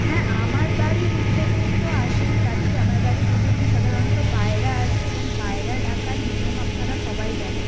হ্যাঁ আমার বাড়ির উঠোনে তো আসেই পাখি আমার বাড়ির উঠোনে সাধারণত পায়রা আসে এবং পায়রা ডাকার নিয়ম আপনারা সবাই জানেন